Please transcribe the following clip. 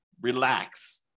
Relax